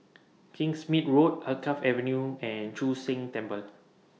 Kingsmead Road Alkaff Avenue and Chu Sheng Temple